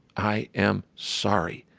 i am sorry.